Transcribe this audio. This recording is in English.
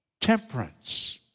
Temperance